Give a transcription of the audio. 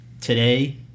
today